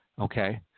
Okay